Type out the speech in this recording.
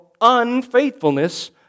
unfaithfulness